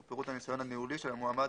ופירוט הניסיון הניהולי של המועמד,